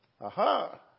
Aha